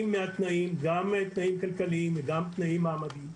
גם מתנאים כלכליים וגם מתנאים מעמדיים.